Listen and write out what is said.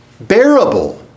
bearable